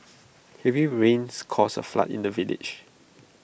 heavy rains caused A flood in the village